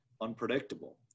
unpredictable